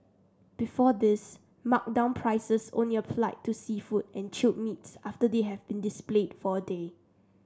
before this marked down prices only applied to seafood and chilled meats after they have been displayed for a day